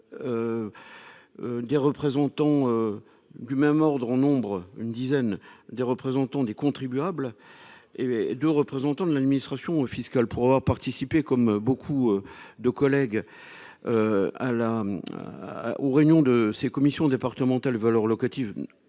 des représentants du même ordre en nombre une dizaine des représentants des contribuables et de représentants de l'administration fiscale pour avoir participé comme beaucoup de collègues à la aux réunions de ces commissions départementales valeurs locatives,